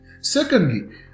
Secondly